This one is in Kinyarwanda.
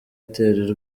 itel